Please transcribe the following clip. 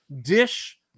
dish